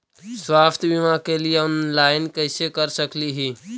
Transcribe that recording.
स्वास्थ्य बीमा के लिए ऑनलाइन कैसे कर सकली ही?